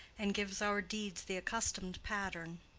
and gives our deeds the accustomed pattern.